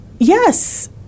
Yes